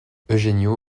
eugenio